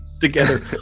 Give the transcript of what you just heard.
together